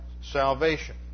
salvation